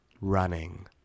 running